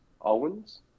Owens